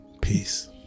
Peace